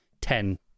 ten